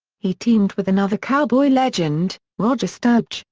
he teamed with another cowboy legend, roger staubach,